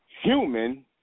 Human